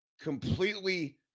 Completely